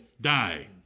die